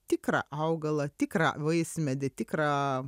tikrą augalą tikrą vaismedį tikrą